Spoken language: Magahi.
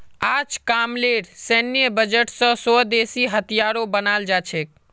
अजकामलेर सैन्य बजट स स्वदेशी हथियारो बनाल जा छेक